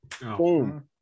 boom